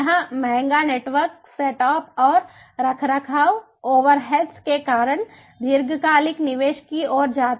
यह महंगा network setup और रखरखाव ओवरहेड्स के कारण दीर्घकालिक निवेश की ओर जाता है